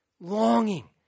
longing